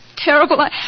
Terrible